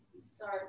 start